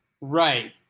Right